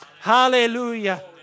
Hallelujah